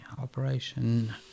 operation